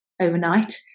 overnight